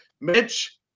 Mitch